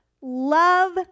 love